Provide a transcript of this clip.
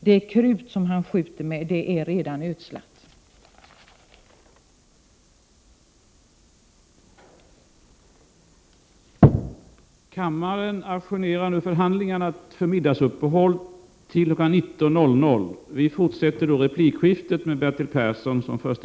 Det krut som han skjuter 30 november 1988 med är redan ödslat. Öresundsför